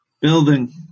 building